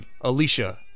Alicia